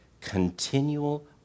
continual